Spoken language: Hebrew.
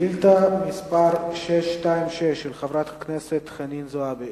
שאילתא מס' 626 של חברת הכנסת חנין זועבי,